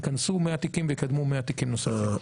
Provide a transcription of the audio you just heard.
ייכנסו 100 תיקים ויקדמו 100 תיקים נוספים.